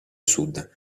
sud